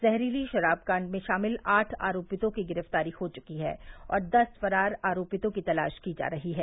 जहरीली शराब काण्ड में शामिल आठ आरोपितों की गिरफ्तारी हो चुकी है और दस फरार आरोपितों की तलाश की जा रही है